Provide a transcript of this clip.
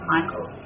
Michael